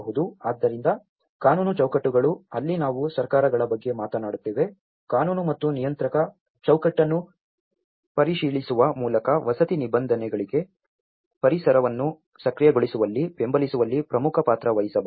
ಆದ್ದರಿಂದ ಕಾನೂನು ಚೌಕಟ್ಟುಗಳು ಅಲ್ಲಿ ನಾವು ಸರ್ಕಾರಗಳ ಬಗ್ಗೆ ಮಾತನಾಡುತ್ತೇವೆ ಕಾನೂನು ಮತ್ತು ನಿಯಂತ್ರಕ ಚೌಕಟ್ಟನ್ನು ಪರಿಶೀಲಿಸುವ ಮೂಲಕ ವಸತಿ ನಿಬಂಧನೆಗಳಿಗೆ ಪರಿಸರವನ್ನು ಸಕ್ರಿಯಗೊಳಿಸುವಲ್ಲಿ ಬೆಂಬಲಿಸುವಲ್ಲಿ ಪ್ರಮುಖ ಪಾತ್ರ ವಹಿಸಬಹುದು